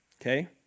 Okay